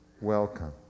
welcome